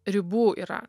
ribų yra